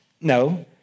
No